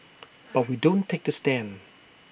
but we don't take the stand